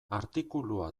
artikulua